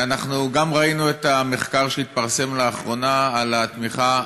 גם ראינו את המחקר שהתפרסם לאחרונה על התמיכה,